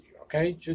okay